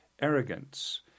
Arrogance